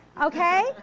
Okay